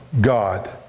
God